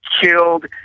killed